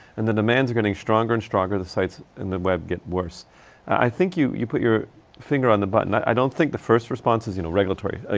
and the demands are getting stronger and stronger. the sites and the web get worse. ah i think you, you put your finger on the button. i, i don't think the first response is you know, regulatory, ah,